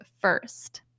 first